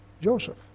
Joseph